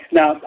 Now